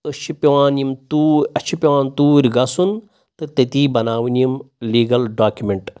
أسۍ چھِ پٮ۪وان یِم توٗر اَسہِ چھِ پٮ۪وان توٗرۍ گَژھُن تہٕ تٔتی بَناوٕنۍ یِم لیٖگَل ڈاکِمٮ۪نٛٹ